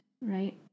right